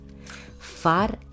Far